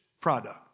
product